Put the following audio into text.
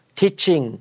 teaching